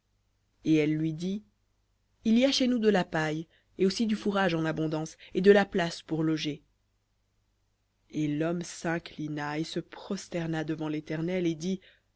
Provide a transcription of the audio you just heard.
et elle lui dit il y a chez nous de la paille et aussi du fourrage en abondance et de la place pour loger v